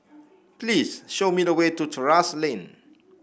please show me the way to Terrasse Lane